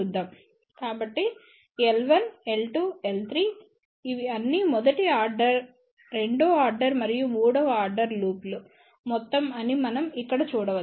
కాబట్టి L L L ఇవి అన్ని మొదటి ఆర్డర్ రెండవ ఆర్డర్ మరియు మూడవ ఆర్డర్ లూప్ల మొత్తం అని మనం ఇక్కడ చూడవచ్చు